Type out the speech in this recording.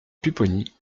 pupponi